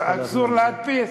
אסור להדפיס,